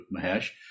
mahesh